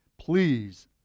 please